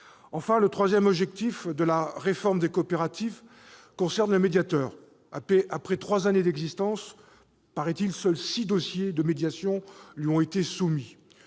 Enfin, le troisième objectif de la réforme des coopératives concerne le médiateur. Après trois années d'existence, seuls six dossiers de médiation lui ont été soumis,